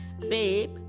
babe